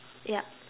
yup